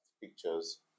pictures